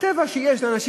הטבע של אנשים,